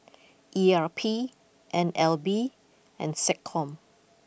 E R P N L B and SecCom